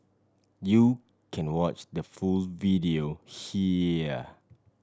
you can watch the full video here